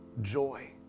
Joy